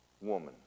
woman